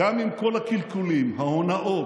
גם עם כל הקלקולים, ההונאות,